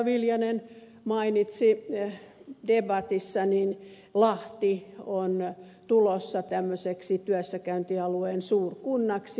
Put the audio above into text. viljanen mainitsi debatissa lahti on tulossa tämmöiseksi työssäkäyntialueen suurkunnaksi